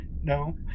no